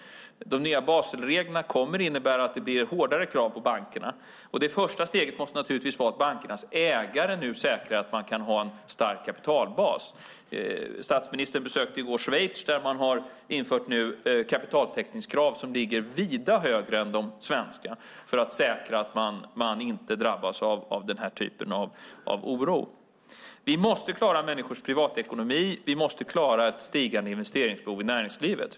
De nya Baselreglerna kommer att innebära att det blir hårdare krav på bankerna. Det första steget måste naturligtvis vara att bankernas ägare nu säkrar att man kan ha en stark kapitalbas. Statsministern besökte i går Schweiz, där man nu har infört kapitaltäckningskrav som ligger vida högre än de svenska för att säkra att man inte drabbas av den här typen av oro. Vi måste klara människors privatekonomi. Vi måste klara ett stigande investeringsbehov i näringslivet.